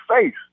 face